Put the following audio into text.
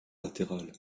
latéral